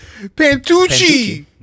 Pantucci